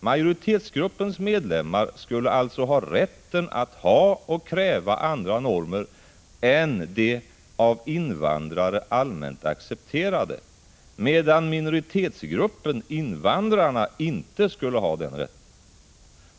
Majoritetsgruppens medlemmar skulle alltså ha rätten att ha och kräva andra normer än de av invandrare allmänt accepterade, medan minoritetsgruppen, invandrarna, inte skulle ha denna rätt.